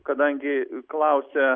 kadangi klausia